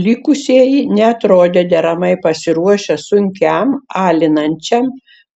likusieji neatrodė deramai pasiruošę sunkiam alinančiam